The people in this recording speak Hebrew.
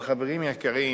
אבל, חברים יקרים,